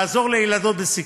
לעזור לילדות בסיכון,